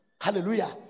hallelujah